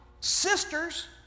sisters